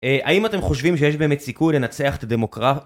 האם אתם חושבים שיש באמת סיכוי לנצח את הדמוקרט?